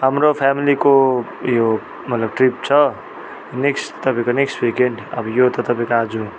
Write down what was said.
हाम्रो फेमेलीको उयो ट्रिप छ नेक्स्ट तपाईँको नेक्स्ट विकेन्ड अब यो त तपाईँको आज